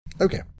Okay